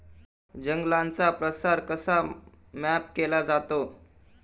जंगलांचा प्रसार कसा मॅप केला जातो?